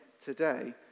today